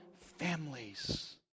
families